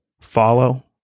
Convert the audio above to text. Follow